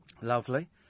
Lovely